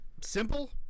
simple